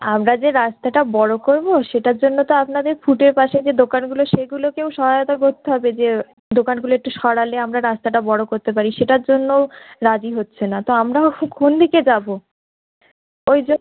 আমরা যে রাস্তাটা বড়ো করবো সেটার জন্য তো আপনাদের ফুটের পাশে যে দোকানগুলো সেগুলোকেও সহায়তা করতে হবে যে দোকানগুলো একটু সরালে আমরা রাস্তাটা বড়ো করতে পারি সেটার জন্যও রাজি হচ্ছে না তো আমরাও কোন দিকে যাবো ওই জ